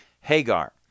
Hagar